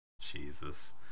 Jesus